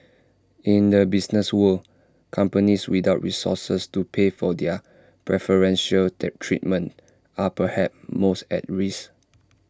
in the business world companies without resources to pay for their preferential treatment are perhaps most at risk